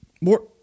more